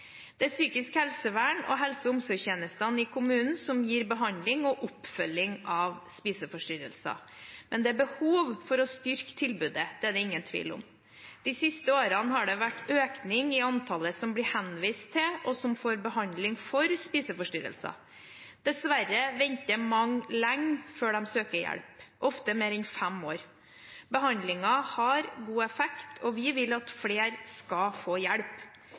Det er psykisk helsevern og helse- og omsorgstjenestene i kommunen som gir behandling og oppfølging av spiseforstyrrelser. Men det er behov for å styrke tilbudet, det er det ingen tvil om. De siste årene har det vært en økning i antallet som blir henvist til, og som får, behandling for spiseforstyrrelser. Dessverre venter mange lenge før de søker hjelp – ofte mer enn fem år. Behandlingen har god effekt, og vi vil at flere skal få hjelp.